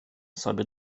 sobie